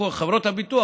חברות הביטוח,